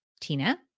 Tina